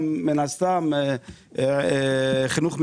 גם מן הסתם חינוך מיוחד,